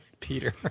peter